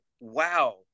wow